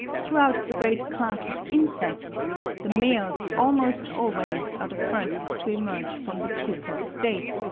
throughout the great class of insects the males almost always are the first to emerge from the pupal state,